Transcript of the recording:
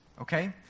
okay